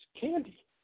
candy